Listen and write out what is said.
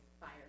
Fire